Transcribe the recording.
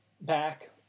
back